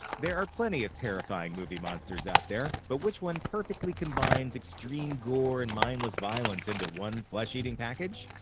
there are plenty of terrifying movie monsters out there. but which one perfectly combines extreme gore and mindless violence into one flesh-eating package?